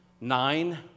Nine